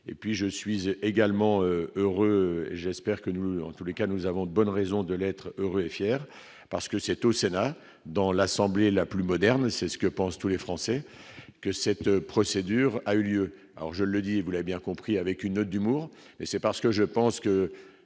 et puis je suis également heureux, j'espère que nous en tous les cas, nous avons de bonnes raisons de l'être heureux et fier, parce que c'est au Sénat dans l'assemblée la plus moderne, c'est ce que pensent tous les Français que cette procédure a eu lieu, alors je le dis, vous l'a bien compris avec une note d'humour mais c'est parce que je pense que